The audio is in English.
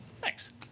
Thanks